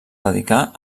dedicà